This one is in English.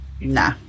Nah